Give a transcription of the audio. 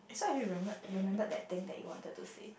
so are you remembered remembered that thing that you wanted to say